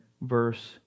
verse